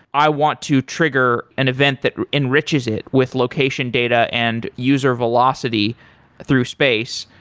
i want to trigger an event that enriches it with location data and user velocity through space.